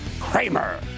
Kramer